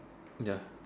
ya